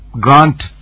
grant